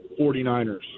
49ers